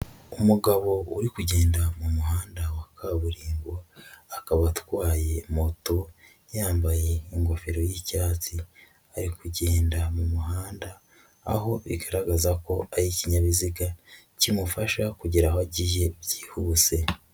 Umugabo uri kugenda mu muhanda wa kaburimbo, akaba atwaye moto ,yambaye ingofero y'icyatsi ,ari kugenda mumuhanda ,aho bigaragaza ko ari ikinyabiziga ,kimufasha kugera aho agiye byihuse.